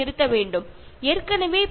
അതുകൊണ്ടു തന്നെ പ്ലാസ്റ്റിക് ഉപേക്ഷിക്കുക